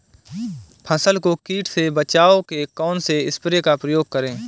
फसल को कीट से बचाव के कौनसे स्प्रे का प्रयोग करें?